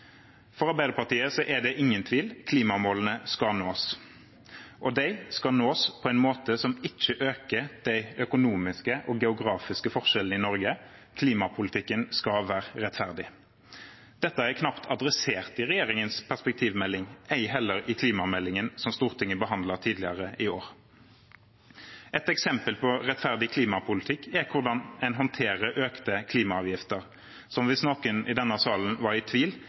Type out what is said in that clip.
For Arbeiderpartiet er det ingen tvil – klimamålene skal nås, og de skal nås på en måte som ikke øker de økonomiske og geografiske forskjellene i Norge. Klimapolitikken skal være rettferdig. Dette er knapt adressert i regjeringens perspektivmelding, ei heller i klimameldingen som Stortinget behandlet tidligere i år. Et eksempel på rettferdig klimapolitikk er hvordan en håndterer økte klimaavgifter, som – hvis noen i denne salen var i tvil